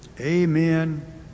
Amen